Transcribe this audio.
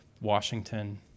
Washington